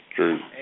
True